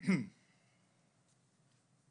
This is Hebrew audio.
וחיים עם הקורונה זה אומר מסכות בחללים